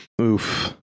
Oof